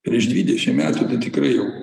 prieš dvidešimt metų tai tikrai jau